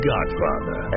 Godfather